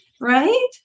right